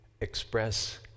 express